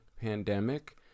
pandemic